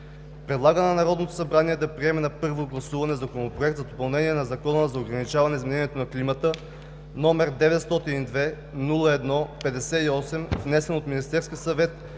Предлага на Народното събрание да приеме на първо гласуване Законопроект за допълнение на Закона за ограничаване изменението на климата, № 902-01-58, внесен от Министерския съвет